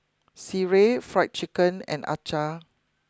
Sireh Fried Chicken and Acar